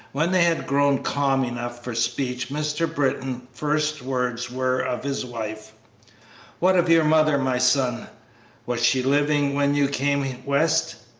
when they had grown calm enough for speech mr. britton's first words were of his wife what of your mother, my son was she living when you came west?